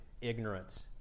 ignorance